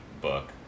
book